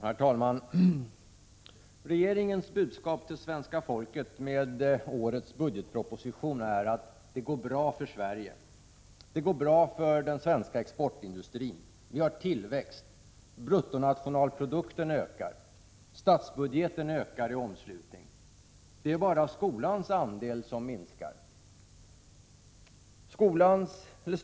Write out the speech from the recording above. Herr talman! Regeringens budskap till svenska folket i årets budgetproposition är att det går bra för Sverige och för den svenska exportindustrin. Vi har tillväxt; bruttonationalprodukten ökar och statsbudgeten ökar i omslutning. Det är bara skolans andel som minskar.